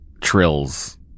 Trill's